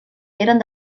eren